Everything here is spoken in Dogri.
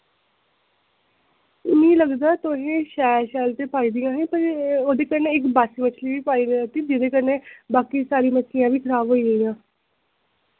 मिगी लगदा तुसें शैल शैल गै पाई दी हियां पर ओह्दे कन्नै इक बासी मच्छली बी पाई दी जेह्दे कन्नै बाकी बी सारी मच्छियां बी खराब होई गेइयां